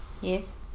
yes